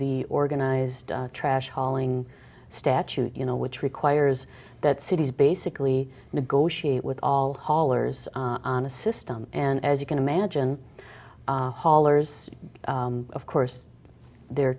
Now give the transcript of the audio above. the organized trash hauling statute you know which requires that cities basically negotiate with all callers on a system and as you can imagine haulers of course they're